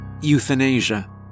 euthanasia